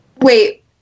Wait